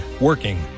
working